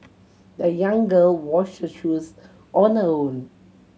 the young girl washed her shoes on her own